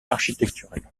architecturale